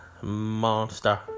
monster